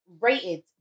rated